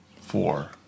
four